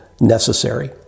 necessary